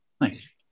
Nice